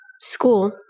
school